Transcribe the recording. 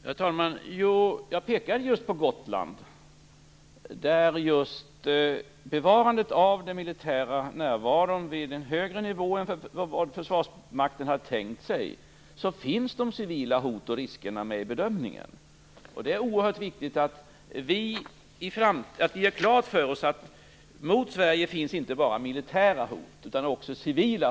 Herr talman! Jag pekade just på Gotland, där bevarandet av den militära närvaron ligger på en högre nivå än vad Försvarsmakten har tänkt sig. De civila hoten och riskerna finns med i bedömningen där. Det är oerhört viktigt att vi gör klart för oss att mot Sverige finns inte bara militära hot och risker, utan också civila.